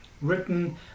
written